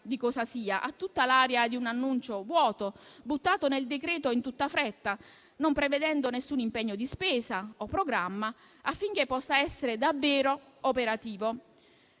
di cosa sia. Ha tutta l'aria di un annuncio vuoto, buttato nel decreto in tutta fretta, non prevedendo nessun impegno di spesa o programma, affinché possa essere davvero operativo.